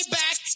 back